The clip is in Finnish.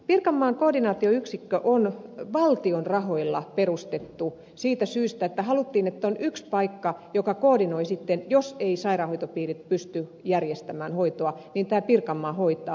pirkanmaan koordinaatioyksikkö on valtion rahoilla perustettu siitä syystä että haluttiin että on yksi paikka joka koordinoi sitten jos eivät sairaanhoitopiirit pysty järjestämään hoitoa niin tämä pirkanmaa hoitaa